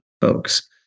folks